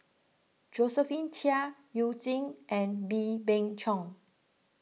Josephine Chia You Jin and Wee Beng Chong